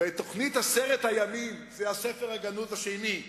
בתוכנית 100 הימים, זה הספר הגנוז השני,